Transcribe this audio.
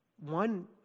one